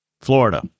Florida